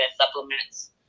supplements